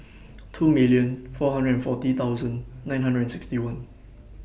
two million four hundred and forty thousand nine hundred and sixty one